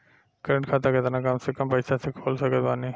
Current खाता केतना कम से कम पईसा से खोल सकत बानी?